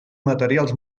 materials